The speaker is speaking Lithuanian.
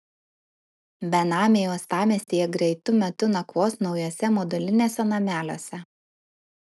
benamiai uostamiestyje greitu metu nakvos naujuose moduliniuose nameliuose